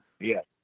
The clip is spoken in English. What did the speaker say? Yes